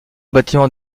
bâtiment